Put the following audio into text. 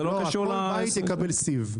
כל בית יקבל סיב.